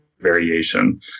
variation